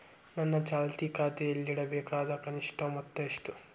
ನನ್ನ ಚಾಲ್ತಿ ಖಾತೆಯಲ್ಲಿಡಬೇಕಾದ ಕನಿಷ್ಟ ಮೊತ್ತ ಎಷ್ಟು?